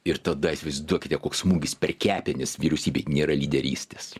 ir tada įsivaizduokite koks smūgis per kepenis vyriausybei nėra lyderystės